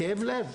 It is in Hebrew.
זה כאב לב.